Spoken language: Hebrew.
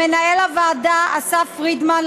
למנהל הוועדה אסף פרידמן,